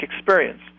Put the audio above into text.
experience